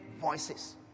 voices